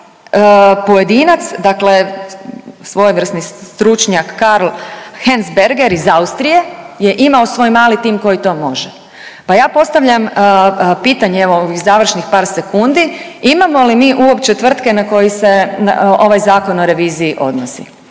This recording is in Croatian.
pojedinac dakle svojevrsni stručnjak Karl Hengstberger iz Austrije je imao svoj mali tim koji to može. Pa ja postavljam pitanje evo ovih završnih par sekundi imamo li mi uopće tvrtke na koje se ovaj Zakon o reviziji odnosi